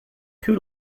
two